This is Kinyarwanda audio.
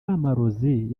amarozi